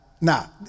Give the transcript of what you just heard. now